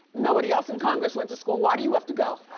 nobody else in congress went to school, why do you have to go?